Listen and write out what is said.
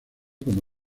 como